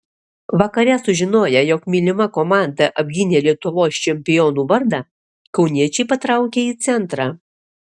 vakare sužinoję jog mylima komanda apgynė lietuvos čempionų vardą kauniečiai patraukė į centrą